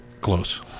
Close